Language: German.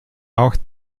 auch